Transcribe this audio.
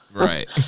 Right